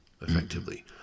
effectively